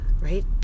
right